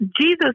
Jesus